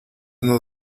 nos